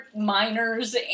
minors